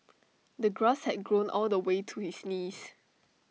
the grass had grown all the way to his knees